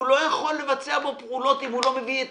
הוא לא יכול לבצע פעולות אם הוא לא מביא את